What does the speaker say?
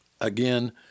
Again